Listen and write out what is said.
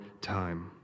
time